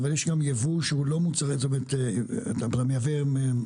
כשאתה מייבא,